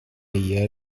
year